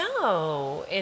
No